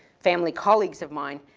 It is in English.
family colleagues of mine,